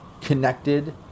connected